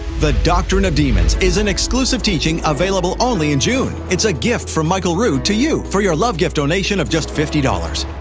the doctrine of demons is an exclusive teaching, available only in june. it's a gift from michael rood to you, for your love gift donation of just fifty dollars.